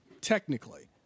technically